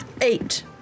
Eight